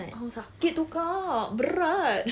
!ow! sakit tu kak berat